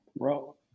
Bro